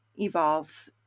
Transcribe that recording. evolve